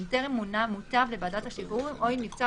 אם טרם מונה מותב לוועדת השחרורים או אם נבצר